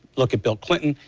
look at bill clinton,